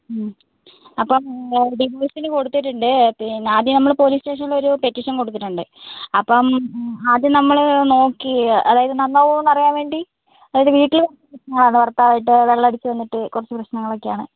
അപ്പം ഡിവോഴ്സിന് കൊടുത്തിട്ടുണ്ട് പിന്നെ ആദ്യം നമ്മൾ പോലീസ് സ്റ്റേഷനിൽ ഒരു പെറ്റീഷൻ കൊടുത്തിട്ടുണ്ട് അപ്പം ആദ്യം നമ്മൾ നോക്കി അതായത് നന്നാവോന്ന് അറിയാൻ വേണ്ടി അതായത് വീട്ടിലും ഭർത്താവ് ആയിട്ട് വെള്ളം അടിച്ച് വന്നിട്ട് കുറച്ച് പ്രശ്നങ്ങളൊക്കെയാണ്